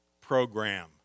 program